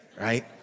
right